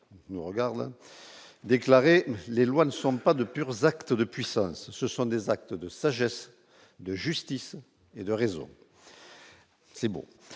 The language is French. nous regardent, a déclaré les lois ne sont pas de pure aux actes de puissance, ce sont des actes de sagesse, de justice et de réseaux. C'est mots